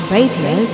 Radio